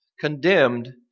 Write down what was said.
condemned